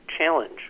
challenge